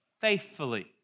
faithfully